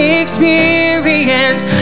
experience